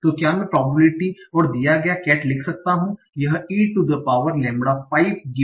तो क्या मैं प्रोबेबिलिटी और दीया गया cat लिख सकता हूं यह e to the power lambda 5